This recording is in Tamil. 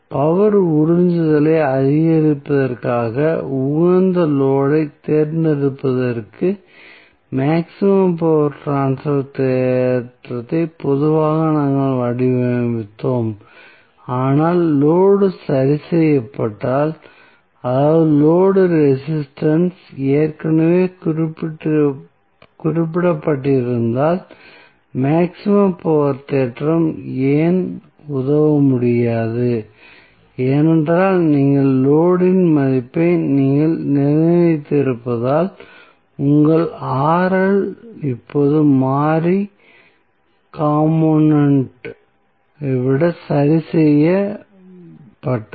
பவர் உறிஞ்சுதலை அதிகரிப்பதற்காக உகந்த லோடு ஐ தேர்ந்தெடுப்பதற்கு மேக்ஸிமம் பவர் ட்ரான்ஸ்பர் தேற்றத்தை பொதுவாக நாங்கள் வடிவமைத்தோம் ஆனால் லோடு சரி செய்யப்பட்டால் அதாவது லோடு ரெசிஸ்டன்ஸ் ஏற்கனவே குறிப்பிடப்பட்டிருந்தால் மேக்ஸிமம் பவர் தேற்றம் ஏன் உதவ முடியாது ஏனென்றால் நீங்கள் லோடு இன் மதிப்பை நீங்கள் நிர்ணயித்திருப்பதால் உங்கள் இப்போது மாறி காம்போனென்ட் ஐ விட சரி செய்யப்பட்டது